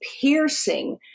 piercing